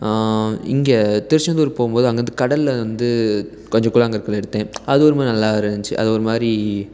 இங்கே திருச்செந்தூர் போகும்போது அங்கிருந்து கடலில் வந்து கொஞ்சம் கூழாங்கற்கள் எடுத்தேன் அது ஒருமாதிரி நல்லா இருந்துச்சி அது ஒருமாதிரி